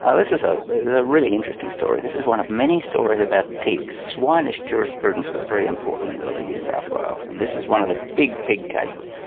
ah this is a really interesting story, this is one of many stories about pigs. swinish jurisprudence was very important in early new south wales and this is one of the big pig cases.